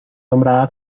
nombrada